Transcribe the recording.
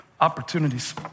opportunities